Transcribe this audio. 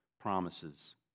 promises